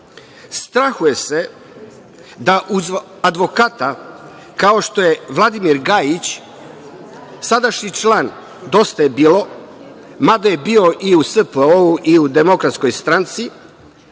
Strahuje se da uz advokata kao što je Vladimir Gajić, sadašnji član „Dosta je bilo“, mada je bio i u SPO i u DS, da podsetim,